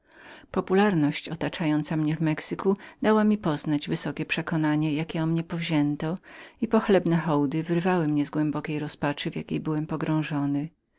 wziętość otaczająca mnie w mexyku dała mi poznać wysokie przekonanie jakie o mnie powzięto i pochlebne jej hołdy wyrwały mnie z głębokiej rozpaczy w jakiej byłem pogrążony